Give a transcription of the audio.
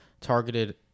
targeted